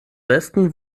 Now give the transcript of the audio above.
westen